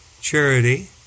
Charity